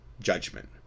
judgment